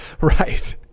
Right